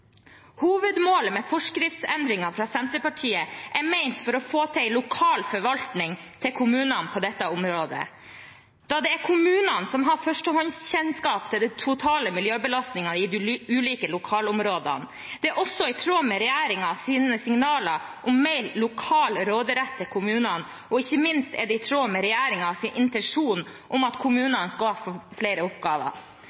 Hovedmålet med forskriftsendringen fra Senterpartiet er å få til en lokal forvaltning i kommunene på dette området, da det er kommunene som har førstehåndskjennskap til den totale miljøbelastningen i de ulike lokalområder. Det er også i tråd med regjeringens signaler om mer lokal råderett til kommunene, og ikke minst er det i tråd med regjeringens intensjon om at